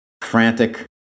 frantic